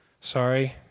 Sorry